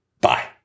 Bye